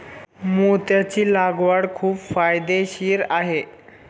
मोत्याची लागवड खूप फायदेशीर आहे